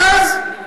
ואז,